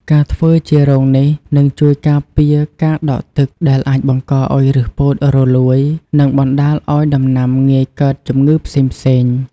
ការធ្វើជារងនេះ នឹងជួយការពារការដក់ទឹក ដែលអាចបង្កឱ្យឬសពោតរលួយ និងបណ្ដាលឱ្យដំណាំងាយកើតជំងឺផ្សេងៗ។